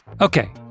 Okay